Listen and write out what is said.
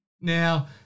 Now